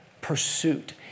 pursuit